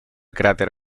cráter